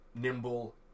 nimble